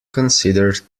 considered